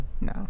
No